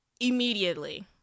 immediately